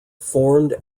formed